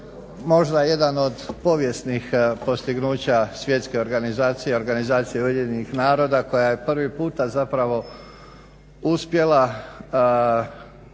možda jedan od povijesnih postignuća svjetske organizacije, organizacije UN-a koja je prvi puta zapravo uspjela